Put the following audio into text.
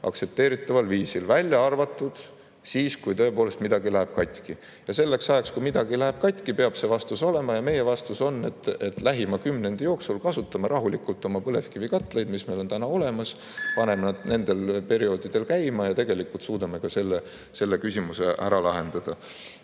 aktsepteeritaval viisil, välja arvatud siis, kui tõepoolest midagi läheb katki. Selleks ajaks, kui midagi läheb katki, peab vastus [olemas] olema. Meie vastus on, et lähima kümnendi jooksul kasutame rahulikult oma põlevkivikatlaid, mis meil on täna olemas, paneme need [rasketel] perioodidel käima ja tegelikult [niimoodi] suudame selle küsimuse ära lahendada.